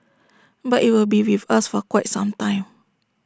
but IT will be with us for quite some time